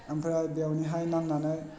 आमफ्राय बेवनिहाय नांनानै